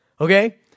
okay